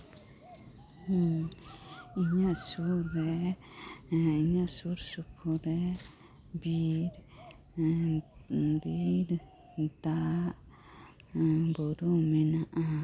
ᱦᱩᱸ ᱤᱧᱟᱹᱜ ᱥᱩᱨ ᱨᱮ ᱤᱧᱟᱹᱜ ᱥᱩᱨ ᱥᱩᱯᱩᱨ ᱨᱮ ᱵᱤᱨ ᱵᱤᱨ ᱫᱟᱜ ᱵᱩᱨᱩ ᱢᱮᱱᱟᱜᱼᱟ